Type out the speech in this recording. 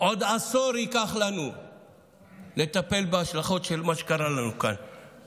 עוד עשור ייקח לנו לטפל בהשלכות של מה שקרה לנו כאן